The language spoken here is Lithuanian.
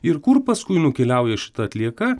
ir kur paskui nukeliauja šita atlieka